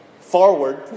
forward